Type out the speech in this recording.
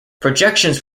projections